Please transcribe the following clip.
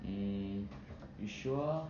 mm you sure